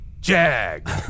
jag